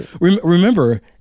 Remember